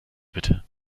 bitte